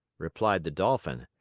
replied the dolphin.